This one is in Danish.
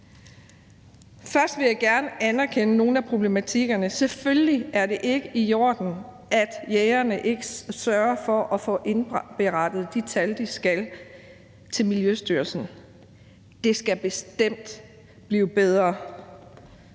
Først vil jeg gerne anerkende nogle af problematikkerne. Selvfølgelig er det ikke i orden, at jægerne ikke sørger for at få indberettet de tal, de skal, til Miljøstyrelsen. Det skal bestemt blive bedre.